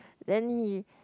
then